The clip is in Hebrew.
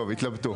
טוב, התלבטו.